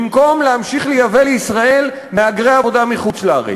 במקום להמשיך לייבא לישראל מהגרי עבודה מחוץ-לארץ.